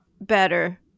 better